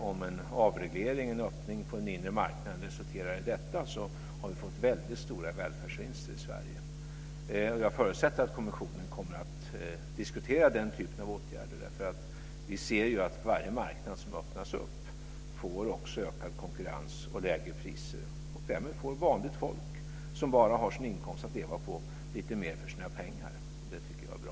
Om en avreglering, en öppning på den inre marknaden, resulterar i detta har vi fått stora välfärdsvinster i Jag förutsätter att kommissionen kommer att diskutera den typen av åtgärder. Vi ser ju att varje marknad som öppnas också får ökad konkurrens och lägre priser, och därmed får vanligt folk som bara har sin inkomst att leva på lite mer för sina pengar. Och det tycker jag är bra.